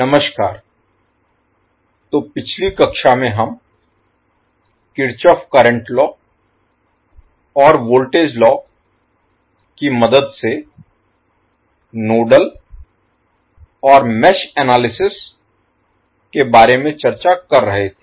नमस्कार तो पिछली कक्षा में हम किरचॉफ करंट लॉ और वोल्टेज लॉ की मदद से नोडल और मेष एनालिसिस विश्लेषण Analysis के बारे में चर्चा कर रहे थे